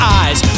eyes